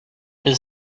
his